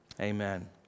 Amen